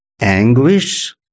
anguish